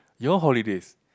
your holidays